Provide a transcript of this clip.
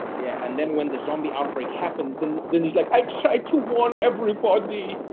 yeah. and then when the zombie outbreak happens, then then he's like, i tried to warn everybody.